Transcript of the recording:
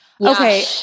Okay